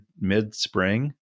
mid-spring